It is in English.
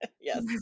Yes